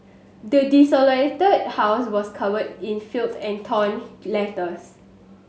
the desolated house was covered in filth and torn letters